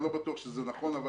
אני לא בטוח שזה נכון, אבל